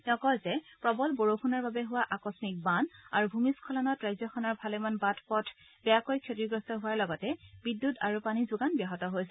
তেওঁ কয় যে প্ৰবল বৰষুণৰ বাবে হোৱা আকম্মিক বান আৰু ভূমি স্বলনত ৰাজ্যখনৰ ভালেমান বাট পথ বেয়াকৈ ক্ষতিগ্ৰস্ত হোৱাৰ লগতে বিদ্যুৎ আৰু পানী যোগান ব্যাহত হৈছে